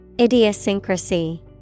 Idiosyncrasy